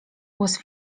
głos